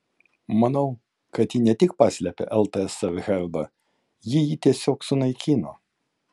manau kad ji ne tik paslėpė ltsr herbą ji jį tiesiog sunaikino